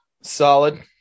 solid